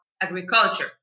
agriculture